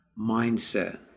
mindset